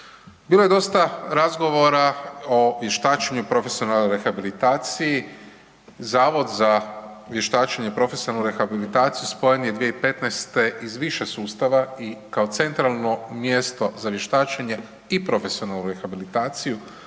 Bilo je dosta razgovora o vještačenju i profesionalnoj rehabilitaciji, Zavod za vještačenje i profesionalnu rehabilitaciju spojen je 2015. iz više sustava i kao centralno mjesto za vještačenje i profesionalnu rehabilitaciju